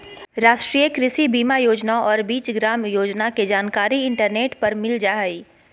राष्ट्रीय कृषि बीमा योजना और बीज ग्राम योजना के जानकारी इंटरनेट पर मिल जा हइ